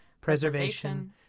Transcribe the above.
preservation